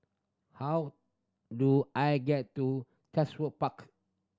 how do I get to Park